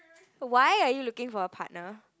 why are you looking for a partner